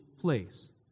Place